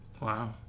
Wow